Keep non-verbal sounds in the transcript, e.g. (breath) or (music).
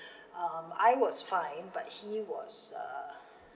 (breath) um I was fine but he was uh